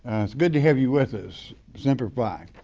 it's good to have you with us simplify.